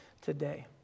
today